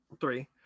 three